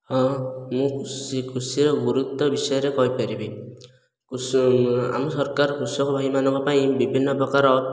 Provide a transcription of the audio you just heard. ହଁ ମୁଁ କୃଷି କୃଷିର ଗୁରୁତ୍ୱ ବିଷୟରେ କହିପାରିବି ଆମ ସରକାର କୃଷକ ଭାଇମାନଙ୍କ ପାଇଁ ବିଭିନ୍ନ ପ୍ରକାର